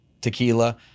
tequila